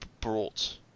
brought